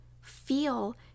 feel